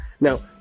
Now